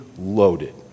loaded